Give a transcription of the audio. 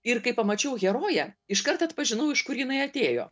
ir kai pamačiau heroję iškart atpažinau iš kur jinai atėjo